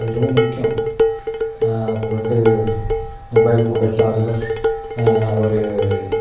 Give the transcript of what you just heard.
அது ரொம்ப முக்கியம் அப்புறமேக்கு மொபைல் மொபைல் சார்ஜர்ஸ் ஒரு